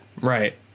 right